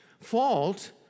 fault